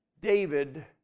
David